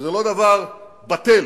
וזה לא דבר בטל,